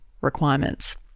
requirements